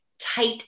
tight